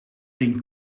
een